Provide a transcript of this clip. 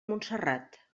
montserrat